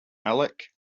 alec